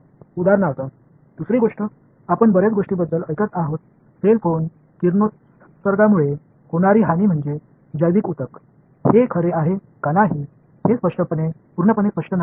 उदाहरणार्थ दुसरी गोष्ट आपण बर्याच गोष्टींबद्दल ऐकत आहोत सेल फोन किरणोत्सर्गामुळे होणारी हानी म्हणजे जैविक ऊतक हे खरे आहे का नाही हे पूर्णपणे स्पष्ट नाही